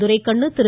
Duraikannu Thiru